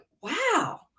wow